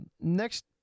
next